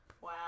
Wow